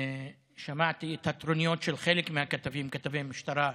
שמעתי את הטרוניות של חלק מהכתבים, כתבי המשטרה,